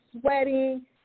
sweating